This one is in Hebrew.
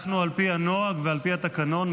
על פי הנוהג ועל פי התקנון,